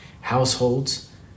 households